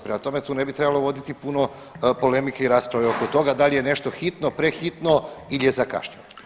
Prema tome, tu ne bi trebalo voditi puno polemike i rasprave oko toga da li je nešto hitno, prehitno ili je zakašnjelo.